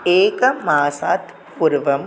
एकमासात् पूर्वं